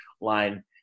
line